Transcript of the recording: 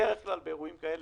בדרך כלל באירועים כאלה,